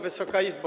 Wysoka Izbo!